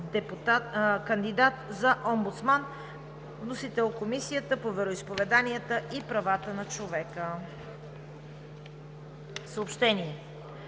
кандидат за омбудсман. Вносител: Комисията по вероизповеданията и правата на човека. Съобщения: